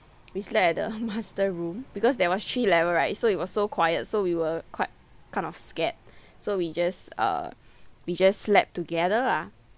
we slept at the master room because there was three level right so it was so quiet so we were quite kind of scared so we just uh we just slept together lah